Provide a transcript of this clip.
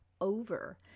over